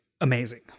amazing